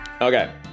Okay